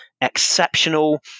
exceptional